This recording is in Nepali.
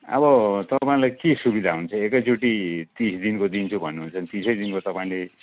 अब तपाईँलाई के सुविधा हुन्छ एकैचोटि तिस दिनको दिन्छु भन्नुहुन्छ भने तिसै दिनको तपाईँले